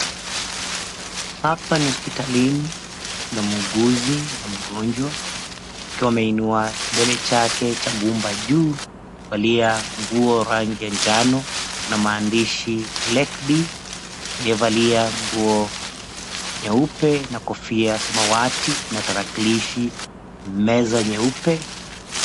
Hapa ni hospitalini na muuguzi na mgonjwa wakiwa wameinua kidole chake cha gumba juu wamevalia nguo rangi ya njano. kuna maandishi, "Lake D," aliyevalia nguo nyeupe na kofia ya samawati. Kuna tarakilishi, meza nyeupe.